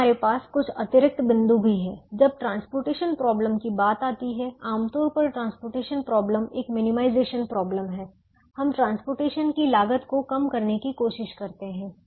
अब हमारे पास कुछ अतिरिक्त बिंदु भी हैं जब ट्रांसपोर्टेशन प्रोबलम की बात आती है आमतौर पर ट्रांसपोर्टेशन प्रोबलम एक मिनिमाइजेशन प्रोबलम है हम ट्रांसपोर्टेशन की लागत को कम करने की कोशिश करते हैं